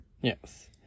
Yes